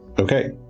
Okay